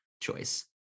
choice